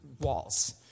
walls